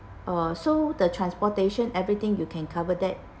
uh so the transportation everything you can cover that